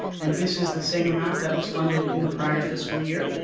and this is the same amount that was funded in the prior fiscal year.